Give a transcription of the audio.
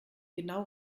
genau